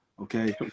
Okay